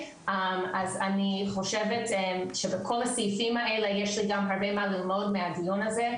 אז אני חושבת שבכל הסעיפים האלה יש לי גם הרבה מה ללמוד מהדיון הזה,